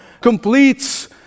completes